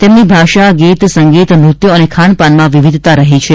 તેમની ભાષા ગીત સંગીત નૃત્યો અને ખાનપાનમાં વિવિધતા રહી છે